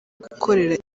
gukorera